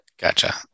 Gotcha